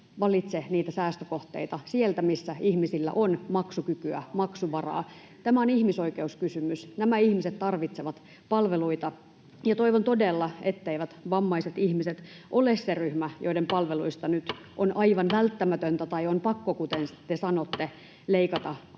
valitse niitä säästökohteita sieltä, missä ihmisillä on maksukykyä, maksuvaraa? Tämä on ihmisoikeuskysymys. Nämä ihmiset tarvitsevat palveluita, ja toivon todella, etteivät vammaiset ihmiset ole se ryhmä, joiden palveluista nyt on aivan välttämätöntä — tai on pakko, kuten